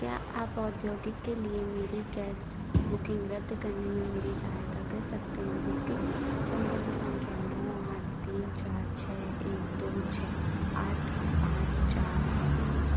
क्या आप औद्योगिक गैस बुकिंग रद्द करने में मेरी सहायता कर सकते हैं बुकिंग संदर्भ संख्या नौ आठ तीन चार छः एक दो छः आठ पाँच चार है